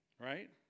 right